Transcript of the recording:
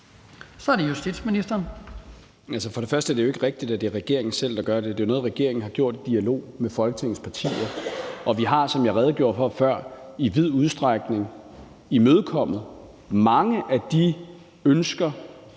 Altså, først og fremmest er det jo ikke rigtigt, at det er regeringen selv, der gør det. Det er jo noget, regeringen har gjort i dialog med Folketingets partier. Og vi har, som jeg redegjorde for før, i vid udstrækning imødekommet mange af de ønsker,